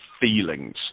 feelings